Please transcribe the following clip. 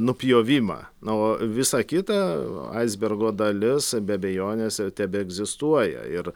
nupjovimą na o visa kita aisbergo dalis be abejonės tebeegzistuoja ir